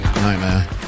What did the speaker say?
Nightmare